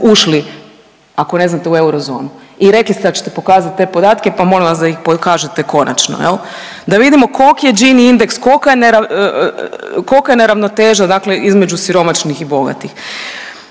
ušli, ako ne znate u eurozonu i rekli ste da ćete pokazati te podatke pa molim vas da ih pokažete konačno, da vidimo koliki je Gini indeks, kolka je neravnoteža između siromašnih i bogatih.